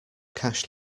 cash